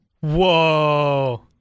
Whoa